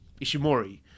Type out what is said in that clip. Ishimori